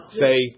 say